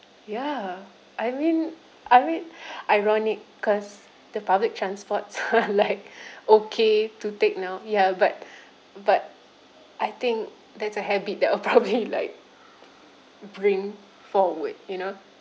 ya I mean I mean ironic cause the public transports are like okay to take now ya but but I think that's a habit that I'll probably like bring forward you know